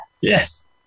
Yes